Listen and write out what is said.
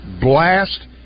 blast